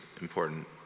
important